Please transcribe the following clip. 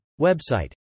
website